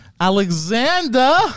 Alexander